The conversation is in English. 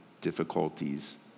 difficulties